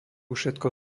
všetko